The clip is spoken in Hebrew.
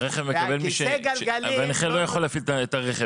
אבל הנכה לא יכול להפעיל את הרכב.